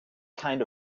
kind